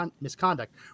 misconduct